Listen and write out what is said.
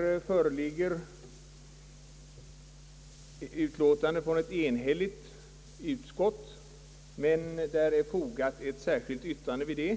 här föreligger ett utlåtande från ett enhälligt utskott, men till utlåtandet är fogat ett särskilt yttrande.